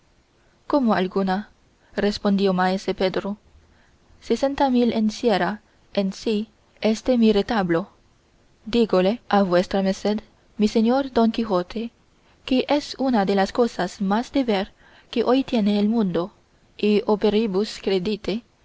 cómo alguna respondió maese pedro sesenta mil encierra en sí este mi retablo dígole a vuesa merced mi señor don quijote que es una de las cosas más de ver que hoy tiene el mundo y operibus credite et